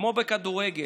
כמו בכדורגל,